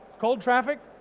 cold traffic,